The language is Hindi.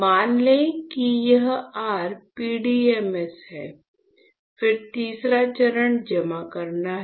मान लें कि यह r PDMS है फिर तीसरा चरण जमा करना है